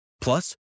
Plus